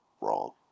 wrong